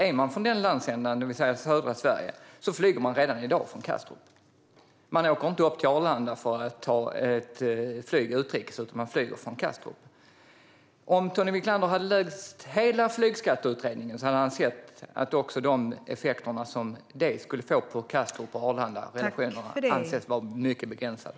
Är man från den landsändan, det vill säga södra Sverige, flyger man redan i dag från Kastrup. Man åker inte upp till Arlanda för att ta ett flyg utrikes, utan man flyger från Kastrup. Om Tony Wiklander hade läst hela flygskatteutredningen hade han sett att de effekter som detta skulle få på Kastrup och Arlanda anses vara mycket begränsade.